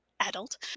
adult